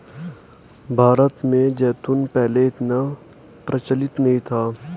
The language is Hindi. भारत में जैतून पहले इतना प्रचलित नहीं था